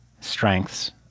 strengths